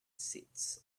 sits